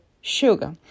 sugar